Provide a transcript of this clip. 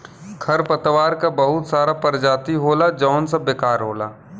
खरपतवार क बहुत सारा परजाती होला जौन सब बेकार होला